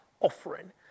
offering